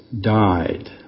died